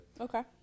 Okay